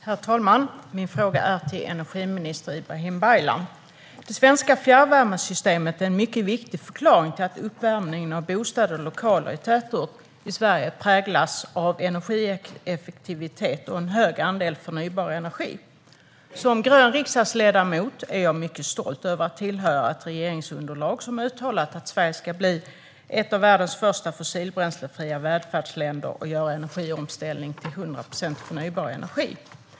Herr talman! Det svenska fjärrvärmesystemet är en mycket viktig förklaring till att uppvärmningen av bostäder och lokaler i tätort i Sverige präglas av energieffektivitet och en hög andel förnybar energi. Som grön riksdagsledamot är jag mycket stolt över att tillhöra ett regeringsunderlag som uttalat att Sverige ska bli ett av världens första fossilbränslefria välfärdsländer och göra en energiomställning till 100 procent förnybar energi.